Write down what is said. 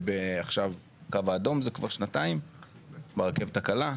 עכשיו קו האדום זה כבר שנתיים ברכבת הקלה,